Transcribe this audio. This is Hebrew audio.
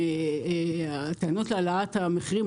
הטענות להעלאת המחירים,